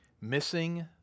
Missing